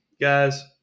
Guys